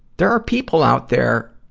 there are people out there,